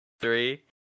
three